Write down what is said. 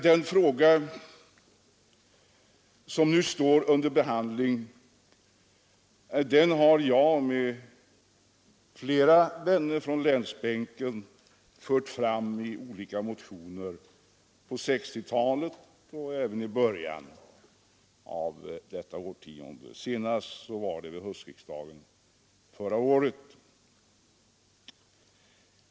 Den fråga som nu står under behandling har jag tillsammans med flera vänner från länsbänken fört fram i olika motioner på 1960-talet och även i början av detta årtionde; senast vid höstriksdagen förra året.